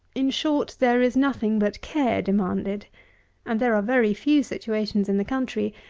in short, there is nothing but care demanded and there are very few situations in the country,